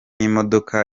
imodoka